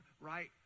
right